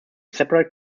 separate